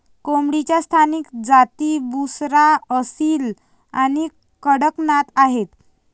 कोंबडीच्या स्थानिक जाती बुसरा, असील आणि कडकनाथ आहेत